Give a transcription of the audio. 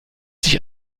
sich